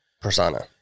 Persona